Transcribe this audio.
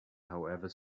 however